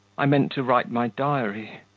i meant to write my diary,